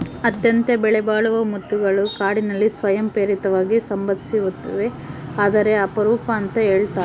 ಅತ್ಯಂತ ಬೆಲೆಬಾಳುವ ಮುತ್ತುಗಳು ಕಾಡಿನಲ್ಲಿ ಸ್ವಯಂ ಪ್ರೇರಿತವಾಗಿ ಸಂಭವಿಸ್ತವೆ ಆದರೆ ಅಪರೂಪ ಅಂತ ಹೇಳ್ತರ